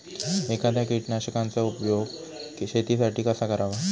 एखाद्या कीटकनाशकांचा उपयोग शेतीसाठी कसा करावा?